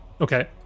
Okay